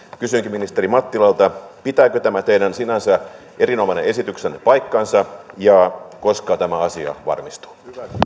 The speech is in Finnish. kysynkin ministeri mattilalta pitääkö tämä teidän sinänsä erinomainen esityksenne paikkansa ja koska tämä asia varmistuu